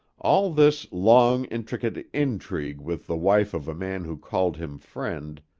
all this long, intricate intrigue with the wife of a man who called him friend,